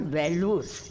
values